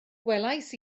gwelais